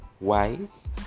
wise